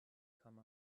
come